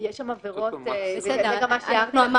לא כולן.